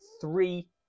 three